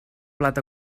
plat